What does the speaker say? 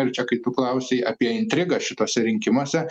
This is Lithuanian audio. ir čia kai tu klausei apie intrigą šituose rinkimuose